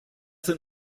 sind